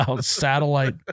Satellite